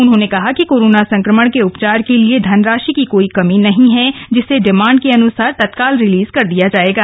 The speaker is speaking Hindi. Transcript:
उन्होंने कहा कोरोना संक्रमण के उपचार के लिए धनराशि की कोई कमी नहीं है जिसे डिमाण्ड के अनुसार तत्काल रिलीज कर दिया जायेगा